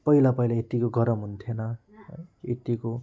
पहिला पहिला यत्तिको गरम हुन्थेन है यत्तिको